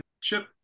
Chip